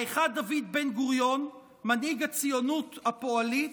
האחד, דוד בן-גוריון, מנהיג הציונות הפועלית,